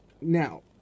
now